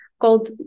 called